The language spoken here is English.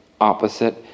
opposite